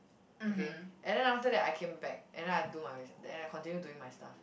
okay and then after that I came back and then I do my and I continue doing my stuff